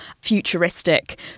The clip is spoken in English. futuristic